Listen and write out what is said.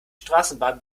straßenbahn